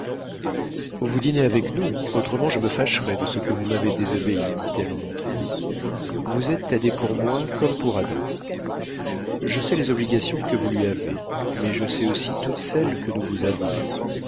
vous dînez avec nous autrement je me fâcherais de ce que vous m'avez désobéi dit-elle en entrant vous êtes thaddée pour moi comme pour adam je sais les obligations que vous lui avez mais je sais aussi toutes celles que nous vous avons